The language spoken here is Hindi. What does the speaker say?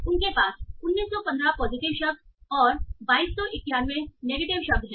उनके पास 1915 पॉजिटिव शब्द और 2291 नेगेटिव शब्द हैं